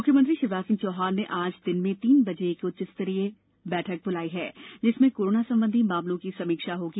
मुख्यमंत्री शिवराज सिंह चौहान ने आज दिन में तीन बजे एक उच्च स्तरीय बैठक बुलाई है जिसमें कोरोना संबंधी मामलों की समीक्षा होगी